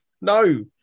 No